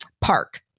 park